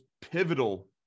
pivotal